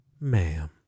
ma'am